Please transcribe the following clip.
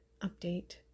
update